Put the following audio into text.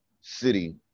city